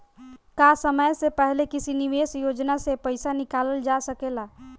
का समय से पहले किसी निवेश योजना से र्पइसा निकालल जा सकेला?